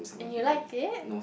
and you liked it